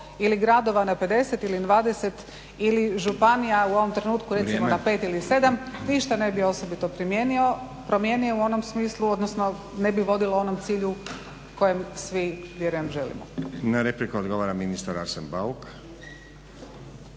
ili gradova na 50 ili 20 ili županija u ovom trenutku recimo na 5 ili 7, ništa ne bi osobito primijenio, promijenio u onom smislu odnosno ne bi vodilo onom cilju kojem svi vjerujem želimo. **Stazić, Nenad (SDP)** Na repliku odgovara ministar Arsen Bauk.